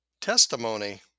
Testimony